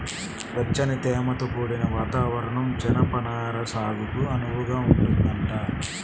వెచ్చని, తేమతో కూడిన వాతావరణం జనపనార సాగుకు అనువుగా ఉంటదంట